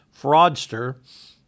fraudster